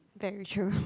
very true